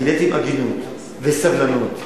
גיליתם הגינות וסבלנות,